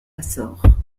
açores